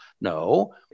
No